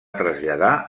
traslladar